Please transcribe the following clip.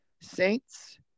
Saints